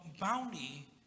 bounty